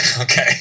Okay